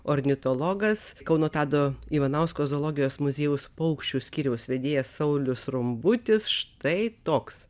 ornitologas kauno tado ivanausko zoologijos muziejaus paukščių skyriaus vedėjas saulius rumbutis štai toks